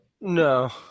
No